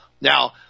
Now